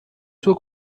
sue